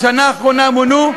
בשנה האחרונה מונו,